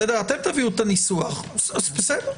אתם תביאו את הניסוח בסדר.